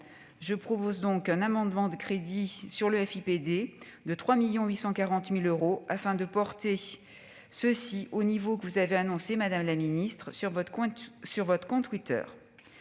Je propose donc un amendement de crédits sur le FIPD de 3,84 millions d'euros afin de porter ces montants au niveau que vous avez annoncé, madame la ministre, sur votre compte Twitter.